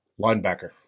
Linebacker